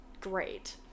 great